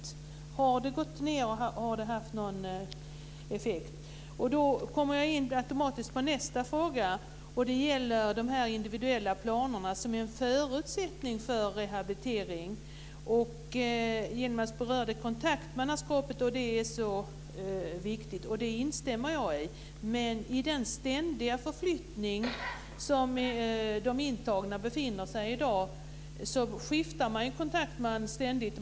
Har den gått ned? Har det haft någon effekt? Sedan kommer jag automatiskt in på nästa fråga. Den gäller de här individuella planerna som är en förutsättning för rehabilitering. Yilmaz Kerimo berörde kontaktmannaskapet och sade att det är så viktigt. Jag instämmer i det. Men i den ständiga förflyttning som de intagna är utsatta för i dag skiftar man ju kontaktman ständigt.